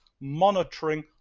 monitoring